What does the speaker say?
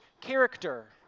character